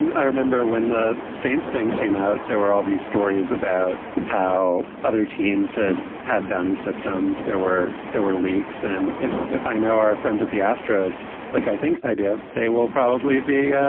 and i remember when the saints thing came out, there were all these stories about how other teams and had bounty systems. there were there were leaks. and if if i know our friends at the astros like i think i do, they will probably be yeah